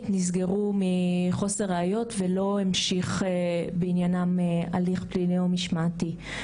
נסגרו מחוסר ראיות ולא המשיך בעניינם הליך פלילי או משמעתי.